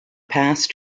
past